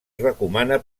recomana